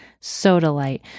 sodalite